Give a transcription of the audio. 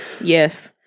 Yes